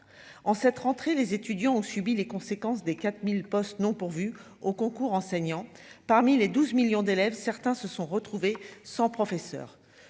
en cette rentrée, les étudiants ont subi les conséquences des 4000 postes non pourvus aux concours enseignants parmi les 12 millions d'élèves, certains se sont retrouvés sans professeur